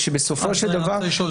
שבסופו של דבר --- רק לשאול,